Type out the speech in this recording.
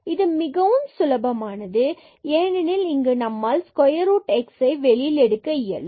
இது மிகவும் சுலபமானது ஏனெனில் இங்கு நம்மால் square root xஐ வெளியில் எடுக்க இயலும்